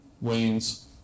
wanes